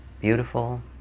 beautiful